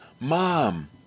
mom